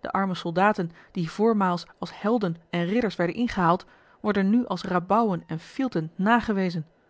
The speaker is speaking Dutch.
de arme soldaten die voormaals als helden en ridders werden ingehaald worden nu als rabouwen en fielten nagewezen